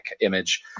image